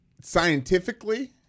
scientifically